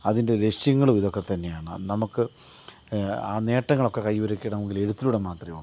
അതിൻ്റെ ലക്ഷ്യങ്ങളും ഇതൊക്കെത്തന്നെയാണ് നമുക്ക് ആ നേട്ടങ്ങളൊക്കെ കൈവരിക്കണമെങ്കിൽ എഴുത്തിലൂടെ മാത്രമേയുള്ളു